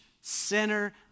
sinner